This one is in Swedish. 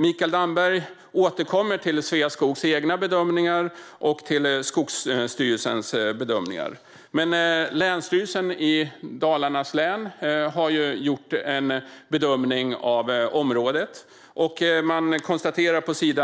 Mikael Damberg återkommer till Sveaskogs egna bedömningar och till Skogsstyrelsens bedömningar. Men Länsstyrelsen i Dalarnas län har gjort en bedömning av området. På s.